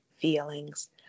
feelings